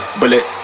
bullet